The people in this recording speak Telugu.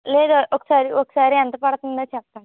లేదు ఒకసారి ఒకసారి ఎంత పడుతుందో చెప్పండి